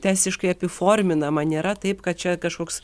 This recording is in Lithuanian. teisiškai apiforminama nėra taip kad čia kažkoks